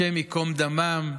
השם ייקום דמם,